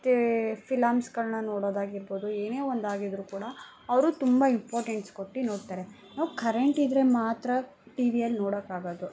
ಮತ್ತು ಫಿಲಮ್ಸ್ಗಳನ್ನ ನೋಡೋದಾಗಿರ್ಬೋದು ಏನೇ ಒಂದಾಗಿದ್ದರೂ ಕೂಡ ಅವರು ತುಂಬ ಇಂಪಾರ್ಟೆನ್ಸ್ ಕೊಟ್ಟು ನೋಡ್ತಾರೆ ನಾವು ಕರೆಂಟಿದ್ದರೆ ಮಾತ್ರ ಟಿವಿಯಲ್ಲಿ ನೋಡೋಕಾಗೋದು